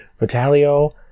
vitalio